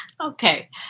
Okay